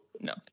no